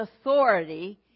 authority